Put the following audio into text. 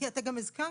כי אתה גם הזכרת